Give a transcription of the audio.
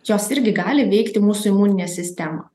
jos irgi gali veikti mūsų imuninę sistemą